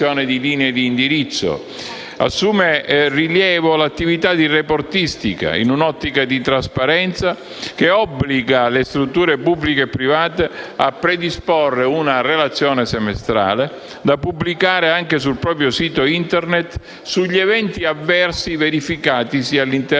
Assume rilievo l'attività di reportistica in un'ottica di trasparenza che obbliga le strutture pubbliche e private a predisporre una relazione semestrale, da pubblicare anche sul proprio sito Internet, sugli eventi avversi verificatisi all'interno